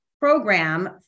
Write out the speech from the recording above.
program